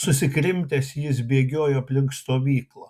susikrimtęs jis bėgiojo aplink stovyklą